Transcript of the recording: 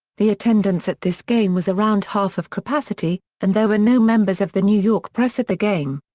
the attendance at this game was around half of capacity, and there were no members of the new york press at the game.